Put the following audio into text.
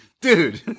dude